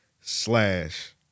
slash